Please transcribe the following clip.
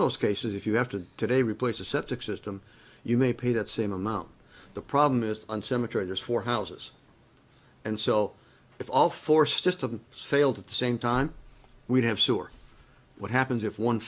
of those cases if you have to today replace a septic system you may pay that same amount the problem is on semitrailers for houses and so if all four system failed at the same time we'd have sure what happens if one